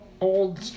old